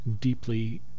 deeply